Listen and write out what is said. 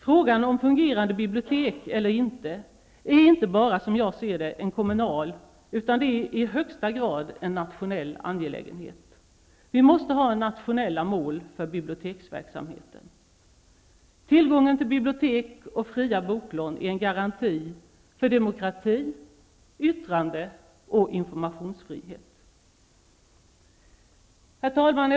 Frågan om fungerande bibliotek eller inte är inte bara, som jag ser det, en kommunal utan i högsta grad en nationell angelägenhet. Vi måste ha nationella mål för biblioteksverksamheten. Tillgången till bibliotek och fria boklån är en garanti för demokrati, yttrandefrihet och informationsfrihet. Herr talman!